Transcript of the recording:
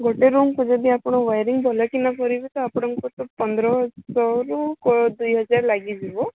ଗୋଟେ ରୁମ୍କୁ ଯଦି ଆପଣ ୱାୟରିଙ୍ଗ୍ ଭଲ କିନା କରିବେ ତ ଆପଣଙ୍କୁ ତ ପନ୍ଦର ଶହରୁ ଦୁଇ ହଜାର ଲାଗିଯିବ